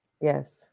Yes